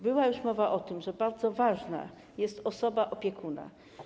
Była już mowa o tym, że bardzo ważna jest osoba opiekuna.